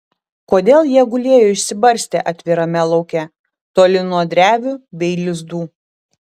kodėl jie gulėjo išsibarstę atvirame lauke toli nuo drevių bei lizdų